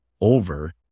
Over